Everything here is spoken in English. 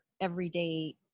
everyday